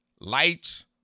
lights